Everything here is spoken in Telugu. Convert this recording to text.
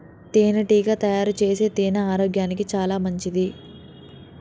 తేనెటీగ తయారుచేసే తేనె ఆరోగ్యానికి చాలా మంచిది